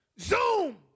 Zoom